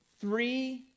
three